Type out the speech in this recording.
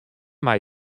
mei